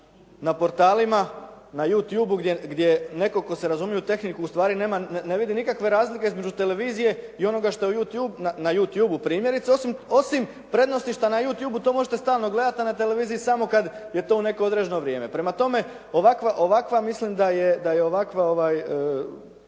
na portalima, na "Youtube" gdje netko tko se razumije u tehniku ustvari ne vidi nikakve razlike između televizije i onoga što je na "Youtubeu" primjerice, osim prednosti šta na "Youtubeu" to možete stalno gledati a na televiziji samo kada je to u neko određeno vrijeme. Prema tome ovakva mislim da je regulativa